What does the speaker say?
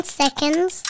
seconds